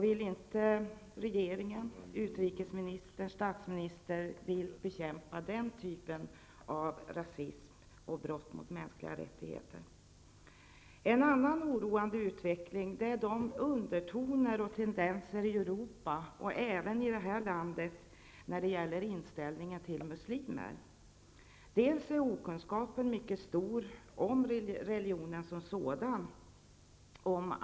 Vill inte regeringen, utrikesministern och statsminister Bildt bekämpa den typen av rasism och brott mot mänskliga rättigheter? En annan oroande utveckling är de undertoner och tendenser i Europa och även här i landet i fråga om inställningen till muslimer. Okunskapen om religionen som sådan är mycket stor.